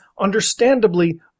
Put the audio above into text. understandably